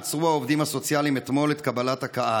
עצרו העובדים הסוציאליים אתמול את קבלת הקהל.